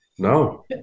No